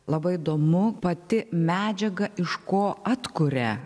labai įdomu pati medžiaga iš ko atkuria